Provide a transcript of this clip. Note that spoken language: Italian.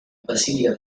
basilica